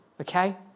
Okay